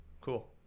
Cool